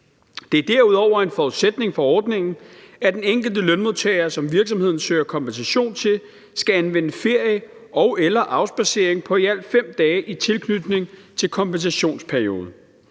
Det er derudover en forudsætning for ordningen, at den enkelte lønmodtager, som virksomheden søger kompensation til, skal anvende ferie og/eller afspadsering på i alt 5 dage i tilknytning til kompensationsperioden.